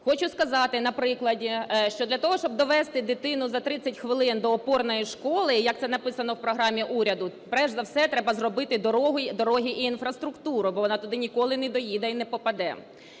Хочу сказати на прикладі, що для того, щоб довести дитину за 30 хвилин до опорної школи, як це написано в програмі уряду, перш за все треба зробити дороги і інфраструктуру, бо вона туди ніколи не доїде і не попаде.